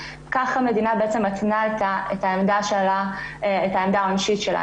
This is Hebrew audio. כך המדינה מתנה את העמדה העונשית שלה,